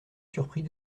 surpris